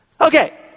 Okay